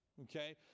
Okay